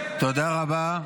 תודה רבה.